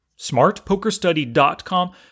smartpokerstudy.com